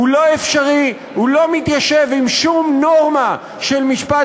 לא אפשרי ולא מתיישב עם שום נורמה של משפט